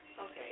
Okay